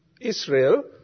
Israel